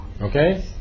Okay